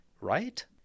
right